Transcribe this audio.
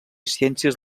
ciències